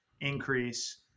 increase